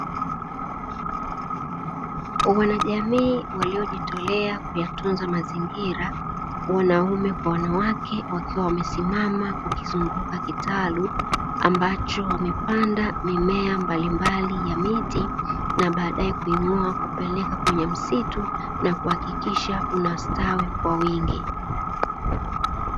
Wanajamii waliojitolea kutunza mazingira wanaume kwa wanawake, wakiwa wamesimama kukizunguka kitalu ambacho wamepanda mimea mbalimbali ya miti na baadae kuing'oa na kupeleka kwenye msitu na kuhakikisha unastawi kwa wingi.